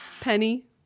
Penny